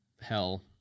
hell